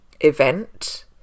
event